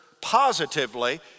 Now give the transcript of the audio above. positively